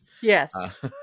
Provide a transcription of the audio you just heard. Yes